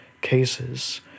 cases